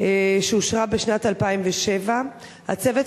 שאושרה בשנת 2007. הצוות,